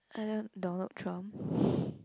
Donald-Trump